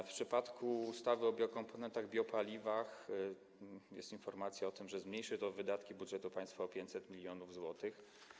W przypadku ustawy o biokomponentach, biopaliwach jest informacja o tym, że zmniejszy to wydatki budżetu państwa o 500 mln zł.